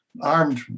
armed